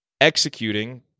executing